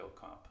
comp